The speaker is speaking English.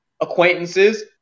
acquaintances